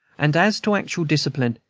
and as to actual discipline,